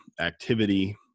activity